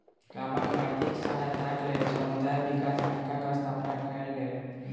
गामक आर्थिक सहायताक लेल समुदाय विकास बैंकक स्थापना कयल गेल